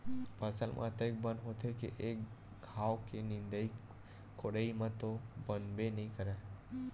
फसल म अतेक बन होथे के एक घांव के निंदई कोड़ई म तो बनबे नइ करय